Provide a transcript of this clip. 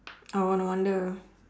oh no wonder